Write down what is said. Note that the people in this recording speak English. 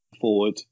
forward